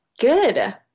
good